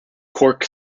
cork